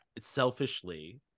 selfishly